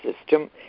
system